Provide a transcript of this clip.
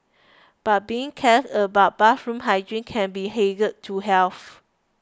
but being careless about bathroom hygiene can be hazard to health